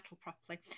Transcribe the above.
properly